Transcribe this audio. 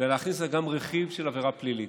ולהכניס בה גם רכיב של עבירה פלילית,